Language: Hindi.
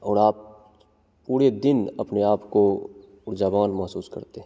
और आप पूरे दिन अपने आप को ऊर्जावान महसूस करते हैं